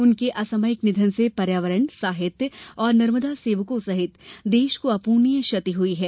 उनके असामयिक निधन से पर्यावरण साहित्य और नर्मदा सेवकों सहित देश को अप्रणीय क्षति हुई है